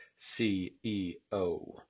CEO